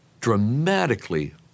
dramatically